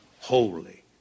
holy